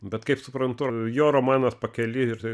bet kaip suprantu jo romanas pakely ir